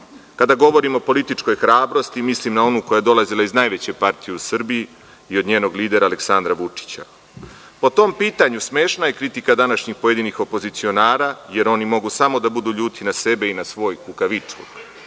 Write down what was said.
Kada govorim o političkoj hrabrosti, mislim na onu koja je dolazila iz najveće partije u Srbiji i od njenog lidera Aleksandra Vučića. Po tom pitanju smešna je kritika današnjih pojedinih opozicionara, jer oni mogu samo da budu ljuti na sebe i na svoj kukavičluk.